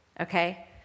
Okay